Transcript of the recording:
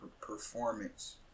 performance